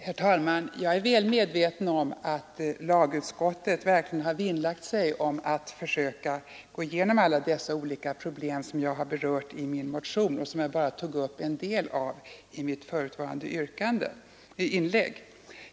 Herr talman! Jag är väl medveten om att lagutskottet verkligen har vinnlagt sig om att försöka gå igenom alla de olika problem som jag har berört i min motion, av vilka jag bara tog upp en del i mitt föregående inlägg.